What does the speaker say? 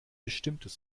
bestimmtes